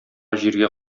җиргә